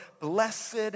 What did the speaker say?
Blessed